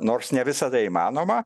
nors ne visada įmanoma